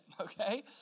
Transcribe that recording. okay